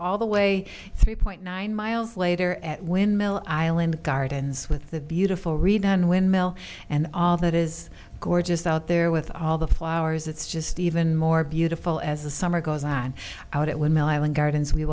all the way three point nine miles later at windmill island gardens with the beautiful redone windmill and all that is gorgeous out there with all the flowers it's just even more beautiful as the summer goes on out at will island gardens we